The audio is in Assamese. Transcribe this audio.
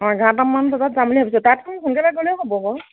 অ এঘাৰটামান বজাত যাম বুলি ভাবিছোঁ তাত সোনকালে গ'লেও হ'ব বাৰু